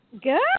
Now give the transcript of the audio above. Good